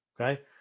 Okay